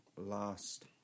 last